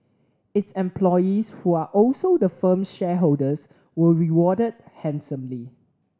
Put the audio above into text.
its employees who are also the firm's shareholders were rewarded handsomely